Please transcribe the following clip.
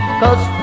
cause